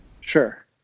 Sure